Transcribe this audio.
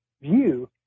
view